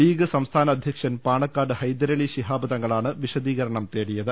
league സംസ്ഥാന അധ്യക്ഷൻ പാണക്കാട് ഹൈദരലി ശിഹാബ് തങ്ങളാണ് വിശദീകരണം തേടിയത്